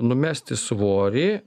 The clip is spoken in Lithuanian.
numesti svorį